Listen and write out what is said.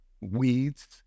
weeds